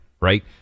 right